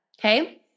Okay